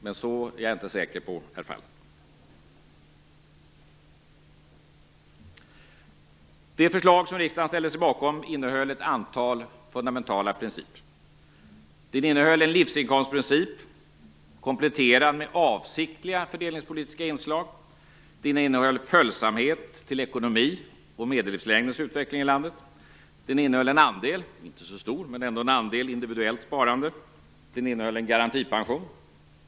Men jag är inte säker på att så är fallet. Det förslag som riksdagen ställde sig bakom innehöll ett antal fundamentala principer. Det innehöll en livsinkomstprincip, kompletterad med avsiktliga fördelningspolitiska inslag. Det innehöll följsamhet till ekonomi och medellivslängdens utveckling i landet. Det innehöll en andel, inte så stor men ändå en andel, individuellt sparande. Det innehöll en garantipension.